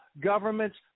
governments